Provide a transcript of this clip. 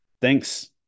Thanks